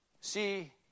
See